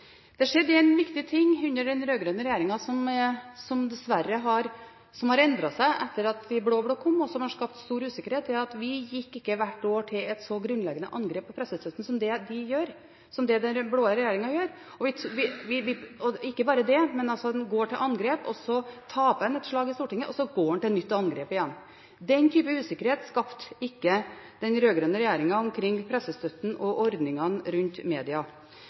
Det skjedde en viktig ting under den rød-grønne regjeringen som dessverre har endret seg etter at de blå-blå kom, og som har skapt stor usikkerhet, og det er at vi gikk ikke hvert år til et så grunnleggende angrep på pressestøtten som det den blå regjeringen gjør. Ikke bare det, den går til angrep, og så taper den et slag i Stortinget, og så går den til nytt angrep igjen. Den type usikkerhet skapte ikke den rød-grønne regjeringen omkring pressestøtten og ordningene rundt media.